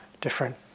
different